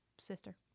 sister